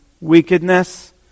wickedness